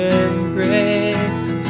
embrace